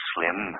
Slim